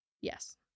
Yes